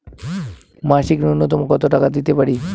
মাসিক নূন্যতম কত টাকা দিতে পারি?